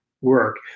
work